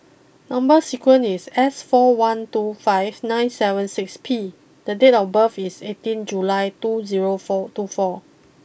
number sequence is S four one two five nine seven six P and date of birth is eighteen July two zero four two four